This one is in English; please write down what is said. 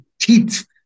teeth